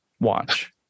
watch